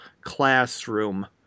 Classroom